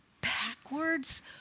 backwards